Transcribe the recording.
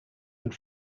had